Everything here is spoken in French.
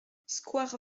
square